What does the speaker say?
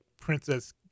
Princess